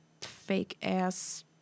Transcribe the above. fake-ass